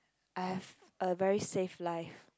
I have a very safe life